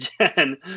Jen